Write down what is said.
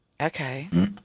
Okay